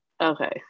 Okay